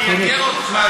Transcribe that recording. כשאני אבוא לבקר אותך.